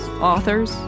authors